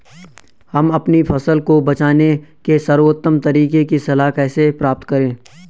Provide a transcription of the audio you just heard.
हम अपनी फसल को बचाने के सर्वोत्तम तरीके की सलाह कैसे प्राप्त करें?